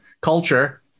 culture